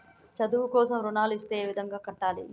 చదువు కోసం రుణాలు ఇస్తే ఏ విధంగా కట్టాలి?